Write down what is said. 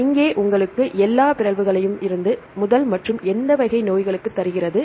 எனவே இங்கே உங்களுக்கு எல்லா பிறழ்வுகளையும் 'இருந்து' இது 'முதல்' மற்றும் எந்த வகை நோய்களுக்கு தருகிறது